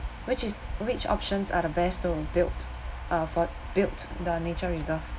which is which options are the best to build uh for build the nature reserve